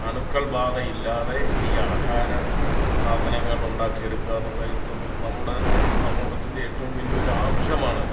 അണുക്കൾ ബാധ ഇല്ലാതെ ഈ ആഹാര സാധനങ്ങൾ ഉണ്ടാക്കിയെടുക്കുകാന്ന് പറയുന്നത് നമ്മുടെ സമൂഹത്തിൻറ്റെ ഏറ്റവും വലിയ ഒരു ആവശ്യമാണ്